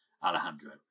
Alejandro